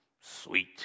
Sweet